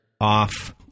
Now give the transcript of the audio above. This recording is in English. off